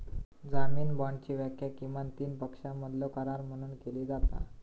जामीन बाँडची व्याख्या किमान तीन पक्षांमधलो करार म्हणून केली जाता